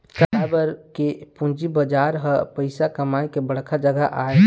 काबर के पूंजी बजार ह पइसा कमाए के बड़का जघा आय